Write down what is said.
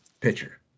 pitcher